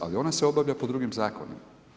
Ali ona se obavlja po drugim zakonima.